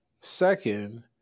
second